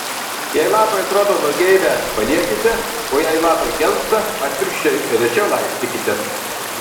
jei lapai atrodo nugeibę paliekite o jei lapai gelsta atvirkščiai rečiau laistykite